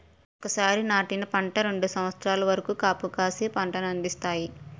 ఒకసారి నాటిన పంట రెండు సంవత్సరాల వరకు కాపుకాసి పంట అందిస్తాయి